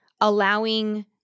allowing